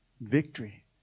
Victory